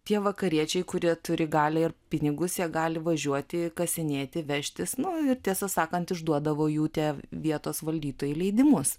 tie vakariečiai kurie turi galią ir pinigus jie gali važiuoti kasinėti vežtis nu ir tiesą sakant išduodavo jų tie vietos valdytojai leidimus